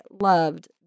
loved